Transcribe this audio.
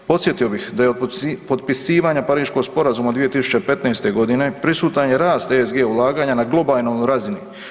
Podsjetio bih da je od potpisivanja Pariškog sporazuma od 2015. g. prisutan je rast ESG ulaganja na globalnoj razini.